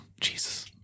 Jesus